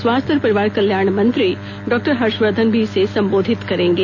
स्वास्थ्य और परिवार कल्याण मंत्री डॉक्टर हर्षवर्धन भी इसे सम्बोधित करेंगे